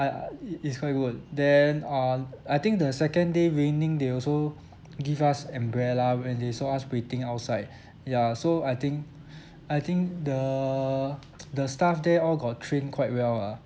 I I i~ it's quite good then on uh I think the second day raining they also give us umbrella when they saw us waiting outside ya so I think I think the the staff there all got trained quite well ah